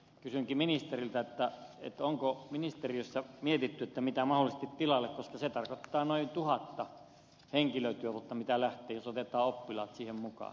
kysynkin ministeriltä onko ministeriössä mietitty mitä mahdollisesti tilalle koska se tarkoittaa noin tuhatta henkilötyövuotta mitä lähtee jos otetaan oppilaat siihen mukaan